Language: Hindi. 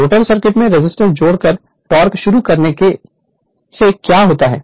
रोटर सर्किट में रेजिस्टेंस जोड़कर टोक़ शुरू करने से क्या होता है